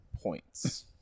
points